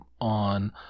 on